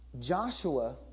joshua